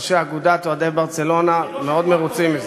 כראשי אגודת אוהדי "ברצלונה", מאוד מרוצים מזה.